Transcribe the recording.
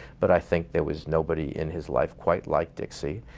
but i think there was nobody in his life quite like dixie.